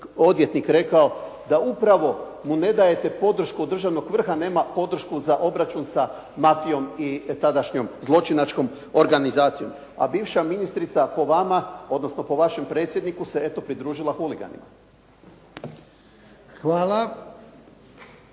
odvjetnik rekao da upravo mu ne dajete podršku, od državnog vrha nema podršku za obračun sa mafijom i tadašnjom zločinačkom organizacijom. A bivša ministrica po vama odnosno po vašem predsjedniku se eto pridružila huliganima.